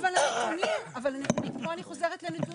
אבל הנתונים פה אני חוזרת לנתונים,